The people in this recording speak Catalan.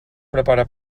prepara